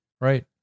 Right